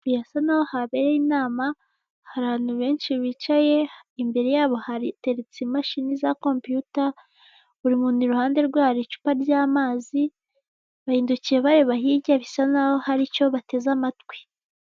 Birasa nkaho habereye inama hari abantu benshi bicaye, imbere yabo hateretse imashini za kompiyuta buri muntu iruhande rwe hari icupa ry'amazi, bahindukiye bareba hirya bisa nkaho hari icyo bateze amatwi.